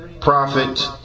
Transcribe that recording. prophet